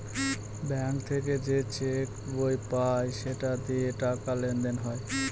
bank থেকে যে cheque বই পায় সেটা দিয়ে টাকা লেনদেন হয়